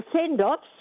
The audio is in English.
send-offs